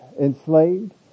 enslaved